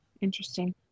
Interesting